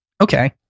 Okay